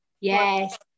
Yes